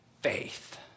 faith